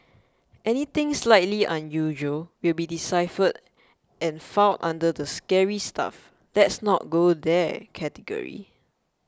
anything slightly unusual will be deciphered and filed under the scary stuff let's not go there category